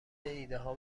ایدهها